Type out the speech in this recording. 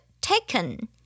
taken